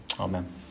Amen